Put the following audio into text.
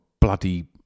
bloody